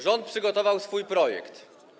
Rząd przygotował swój projekt.